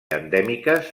endèmiques